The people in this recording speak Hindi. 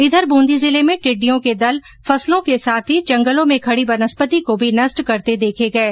इधर बुंदी जिले में टिडडियों के दल फसलों के साथ ही जंगलों में खडी वनस्पति को भी नष्ट करते देखे गये